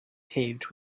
paved